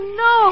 no